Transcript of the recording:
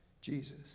Jesus